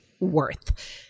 worth